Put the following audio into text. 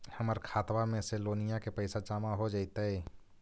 हमर खातबा में से लोनिया के पैसा जामा हो जैतय?